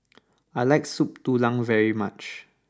I like Soup Tulang very much